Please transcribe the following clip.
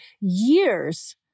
years